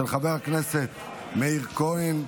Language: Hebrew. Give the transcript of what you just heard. של חבר הכנסת מאיר כהן.